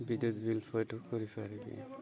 ବିଦ୍ୟୁତ୍ ବିିଲ୍ ପଇଠ କରିପାରିବି